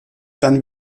dann